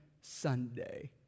Sunday